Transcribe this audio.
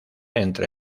entre